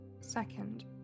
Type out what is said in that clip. second